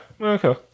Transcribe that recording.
okay